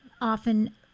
often